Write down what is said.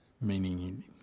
Meaning